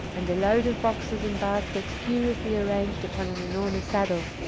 and a load of boxes and baskets curiously arranged upon an enormous saddle.